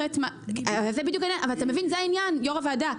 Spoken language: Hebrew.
אבל אתה מבין, זה העניין יו"ר הוועדה.